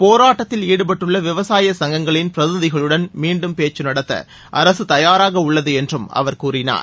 போராட்டத்தில் ஈடுபட்டுள்ள விவசாய சங்கங்களின் பிரதிநிதிகளுடன் மீண்டும் பேச்சு நடத்த அரசு தயாராக உள்ளது என்றும் அவர் கூறினார்